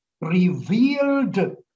revealed